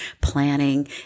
planning